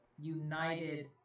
united